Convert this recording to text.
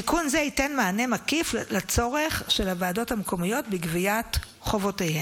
תיקון זה ייתן מענה מקיף לצורך של הוועדות המקומיות לגביית חובותיהן.